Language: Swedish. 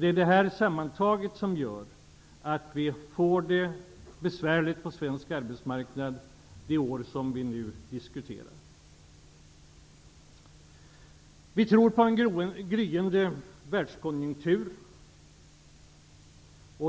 Det här gör sammantaget att vi får det besvärligt på den svenska arbetsmarknaden de år framöver som vi nu diskuterar. Vi tror på en gryende världskonjunktur.